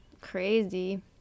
Crazy